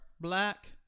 black